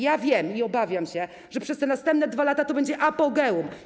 Ja wiem i obawiam się, że przez te następne 2 lata to będzie apogeum.